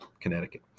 Connecticut